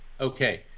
Okay